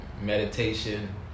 Meditation